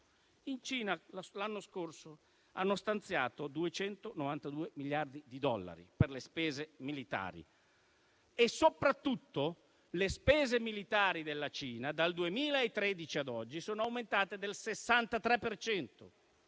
In Cina l'anno scorso sono stati stanziati 292 miliardi di dollari per le spese militari e soprattutto le spese militari della Cina dal 2013 a oggi sono aumentate del 63